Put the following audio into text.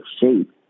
shape